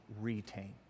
retain